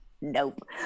nope